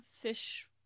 Fish